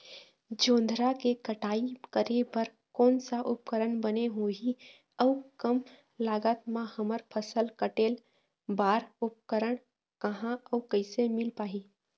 जोंधरा के कटाई करें बर कोन सा उपकरण बने होही अऊ कम लागत मा हमर फसल कटेल बार उपकरण कहा अउ कैसे मील पाही?